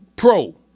Pro